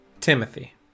Timothy